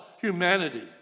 humanity